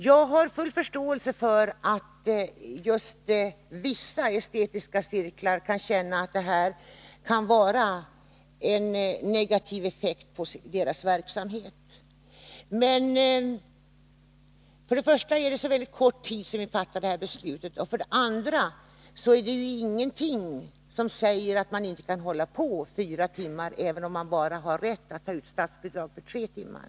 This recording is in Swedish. Jag har full förståelse för att just vissa estetiska cirklar kan erfara att det blir negativa effekter för verksamheten. Men för det första har det förflutit så kort tid sedan vi fattade det här beslutet, och för det andra är det ingenting som säger att man inte kan hålla på fyra timmar, även om det inte är möjligt att få ut statsbidrag för mer än tre timmar.